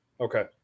Okay